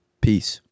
Peace